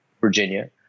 virginia